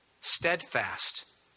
steadfast